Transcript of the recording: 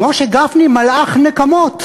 ומשה גפני מלאך נקמות: